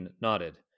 nodded